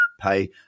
pay